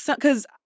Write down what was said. cause